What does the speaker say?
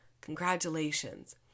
Congratulations